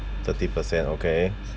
thirty percent okay